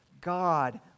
God